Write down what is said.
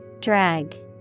Drag